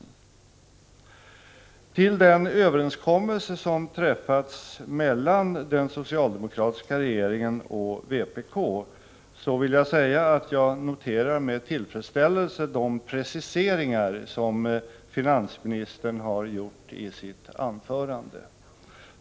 När det gäller den överenskommelse som träffats mellan den socialdemokratiska regeringen och vpk vill jag säga att jag med tillfredsställelse noterar de preciseringar som finansministern har gjort i sitt anförande.